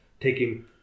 taking